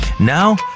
Now